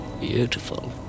beautiful